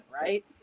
right